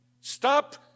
Stop